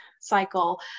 cycle